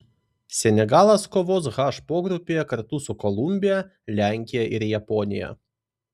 senegalas kovos h pogrupyje kartu su kolumbija lenkija ir japonija